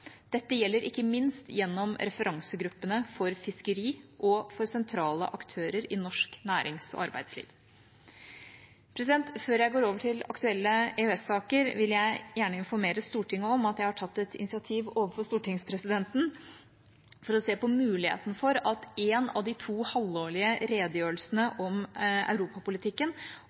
Dette gjelder ikke minst gjennom referansegruppene for fiskeri og for sentrale aktører i norsk nærings- og arbeidsliv. Før jeg går over til aktuelle EØS-saker, vil jeg gjerne informere Stortinget om at jeg har tatt et initiativ overfor stortingspresidenten for å se på muligheten for at én av de to halvårlige redegjørelsene om europapolitikken